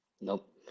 Nope